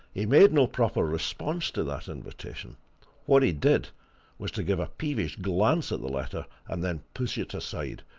he made no proper response to that invitation what he did was to give a peevish glance at the letter, and then push it aside,